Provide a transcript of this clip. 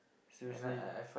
seriously